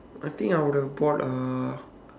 I think I would have bought uh